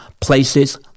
places